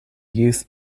youth